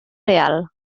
real